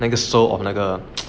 那个 sole of 那个